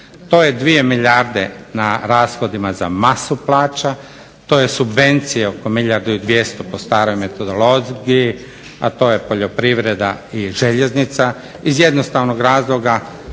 To je 2 milijarde na rashodima za masu plaća, to je subvencije oko milijardu i 200 po staroj metodologiji, a to je poljoprivreda i željeznica